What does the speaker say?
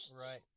Right